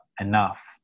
enough